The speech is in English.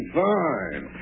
fine